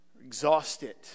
exhausted